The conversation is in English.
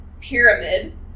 pyramid